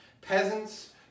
peasants